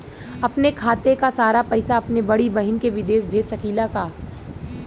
अपने खाते क सारा पैसा अपने बड़ी बहिन के विदेश भेज सकीला का?